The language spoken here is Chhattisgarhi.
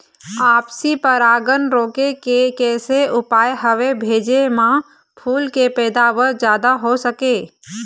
आपसी परागण रोके के कैसे उपाय हवे भेजे मा फूल के पैदावार जादा हों सके?